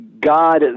God